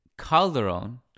Calderon